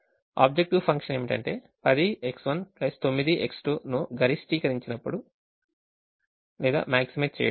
Objective function ఏమిటంటే 10X1 9X2 ను గరిష్టీకరించడం